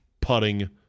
putting